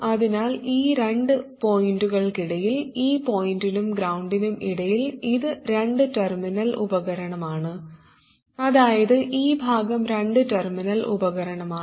അതിനാൽ ഈ രണ്ട് പോയിന്റുകൾക്കിടയിൽ ഈ പോയിന്റിനും ഗ്രൌണ്ടിനും ഇടയിൽ ഇത് രണ്ട് ടെർമിനൽ ഉപകരണമാണ് അതായത് ഈ ഭാഗം രണ്ട് ടെർമിനൽ ഉപകരണമാണ്